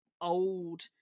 old